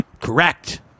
Correct